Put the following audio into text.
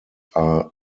are